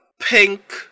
pink